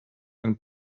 and